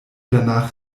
danach